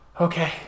Okay